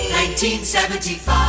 1975